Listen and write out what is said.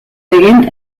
egin